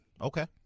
Okay